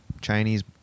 Chinese